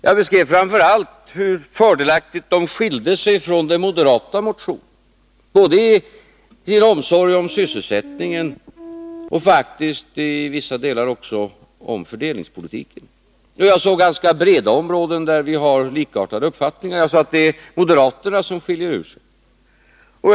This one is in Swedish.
Jag beskev framför allt hur fördelaktigt de skilde sig från den moderata motionen både i omsorgen om sysselsättningen och faktiskt i vissa delar också beträffande fördelningspolitiken. Jag såg ganska breda områden där vi har likartade uppfattningar. Jag sade att det är moderaterna som skiljer ut sig.